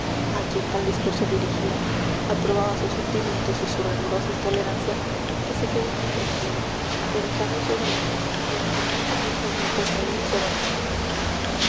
a quien tal discurso dirigía aprobaba sus sentimientos y su rigurosa intolerancia que se quedó muy tranquilo meditando sobre las profundidades del ancho abismo abierto entre él y su abandonado hijo